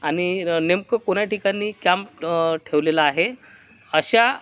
आणि नेमकं कोण्या ठिकाणी कॅम्प ठेवलेलं आहे अशा